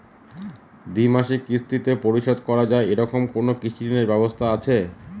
দ্বিমাসিক কিস্তিতে পরিশোধ করা য়ায় এরকম কোনো কৃষি ঋণের ব্যবস্থা আছে?